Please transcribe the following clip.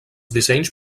dissenys